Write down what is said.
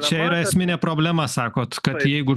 čia yra esminė problema sakot kad jeigu